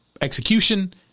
Execution